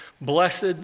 blessed